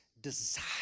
desire